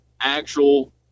actual